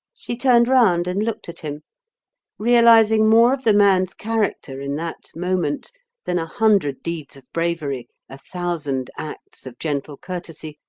she turned round and looked at him realizing more of the man's character in that moment than a hundred deeds of bravery, a thousand acts of gentle courtesy,